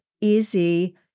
easy